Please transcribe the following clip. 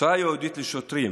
הכשרה ייעודית לשוטרים,